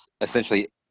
essentially